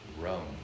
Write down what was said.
Rome